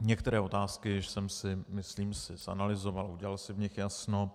Některé otázky jsem si myslím zanalyzoval, udělal si v nich jasno.